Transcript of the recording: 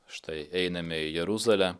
štai einame į jeruzalę